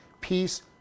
peace